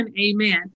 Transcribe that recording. amen